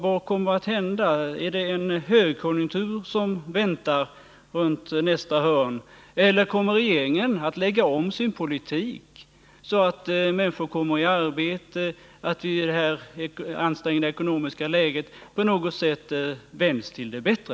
Väntar en högkonjunktur runt hörnet eller kommer regeringen att lägga om sin politik, så att människor får arbete och så att det ansträngda ekonomiska läget på något sätt förändras till det bättre?